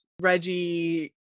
Reggie